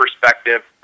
perspective